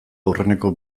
aurreneko